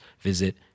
visit